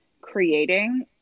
creating